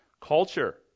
Culture